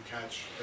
catch